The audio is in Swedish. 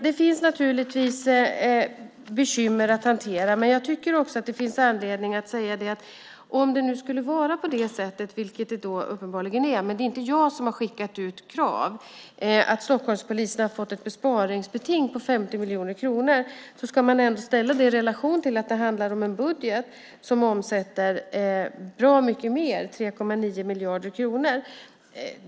Det finns naturligtvis bekymmer att hantera, men det finns också anledning att säga att om det nu skulle vara på det sättet - vilket det uppenbarligen är, men det är inte jag som har skickat ut krav - att Stockholmspolisen har fått ett besparingsbeting på 50 miljoner kronor ska det ställas i relation till att det handlar om en budget som omsätter 3,9 miljarder kronor, vilket är bra mycket mer.